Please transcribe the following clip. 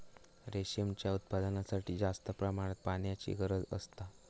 रेशीमच्या उत्पादनासाठी जास्त प्रमाणात पाण्याची गरज असता